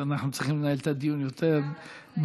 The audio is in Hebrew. אין לי בעיה, אם היושב-ראש ירשה להמשיך להתווכח.